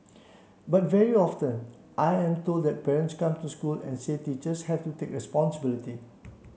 but very often I am told that parents come to school and say teachers have to take responsibility